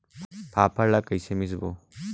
फाफण ला कइसे मिसबो?